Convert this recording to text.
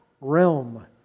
realm